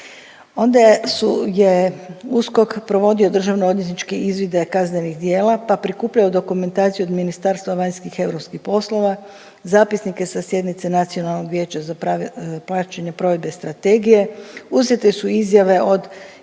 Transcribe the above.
Onda je USKOK provodio državno-odvjetničke izvide kaznenih djela, pa prikupljao dokumentaciju od Ministarstva vanjskih i europskih poslova, zapisnike sa sjednice Nacionalnog vijeća za praćenje provedbe strategije. Uzete su izjave od